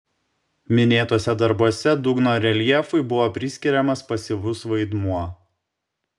minėtuose darbuose dugno reljefui buvo priskiriamas pasyvus vaidmuo